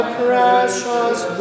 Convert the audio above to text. precious